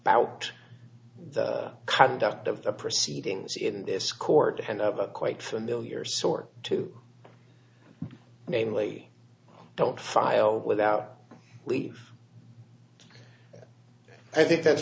about the conduct of the proceedings in this court and of a quite familiar sort to namely don't file without leave i think that's